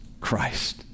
Christ